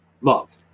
love